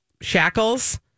shackles